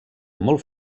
molt